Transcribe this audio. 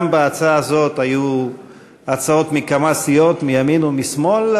גם בהצעה הזאת היו הצעות מכמה סיעות מימין ומשמאל,